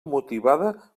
motivada